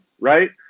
right